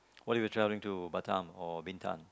what if you're travelling to Batam or Bintan